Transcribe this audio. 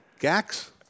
Gax